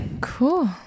Cool